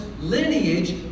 lineage